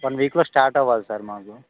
one వీక్లో start అవ్వాలి sir మాకు